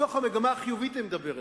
מתוך המגמה החיובית אני מדבר אליכם,